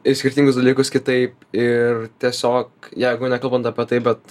į skirtingus dalykus kitaip ir tiesiog jeigu nekalbant apie tai bet